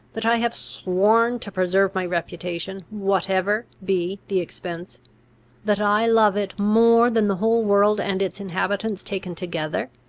that i have sworn to preserve my reputation, whatever be the expense that i love it more than the whole world and its inhabitants taken together?